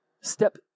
Step